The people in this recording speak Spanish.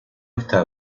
está